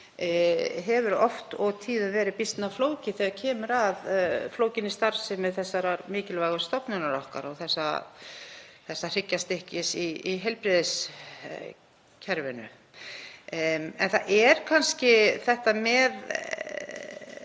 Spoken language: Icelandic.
hefur oft og tíðum verið býsna flókið þegar kemur að flókinni starfsemi þessarar mikilvægu stofnunar okkar og þessa hryggjarstykkis í heilbrigðiskerfinu. En það er kannski þetta með